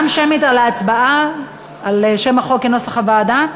גם כן שמית, על שם החוק כנוסח הוועדה.